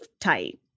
tight